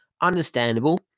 Understandable